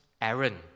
Aaron